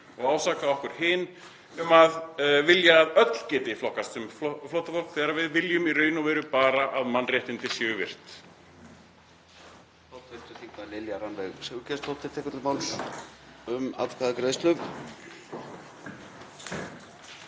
og ásaka okkur hin um að vilja að öll geti flokkast sem flóttafólk þegar við viljum í raun og veru bara að mannréttindi séu virt.